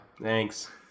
thanks